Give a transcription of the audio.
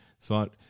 thought